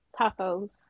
Tacos